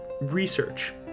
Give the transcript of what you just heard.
research